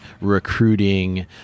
recruiting